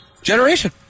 generation